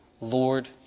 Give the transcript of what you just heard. Lord